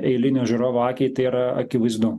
eilinio žiūrovo akiai tai yra akivaizdu